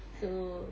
so